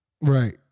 Right